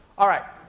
alright.